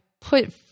Put